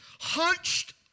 hunched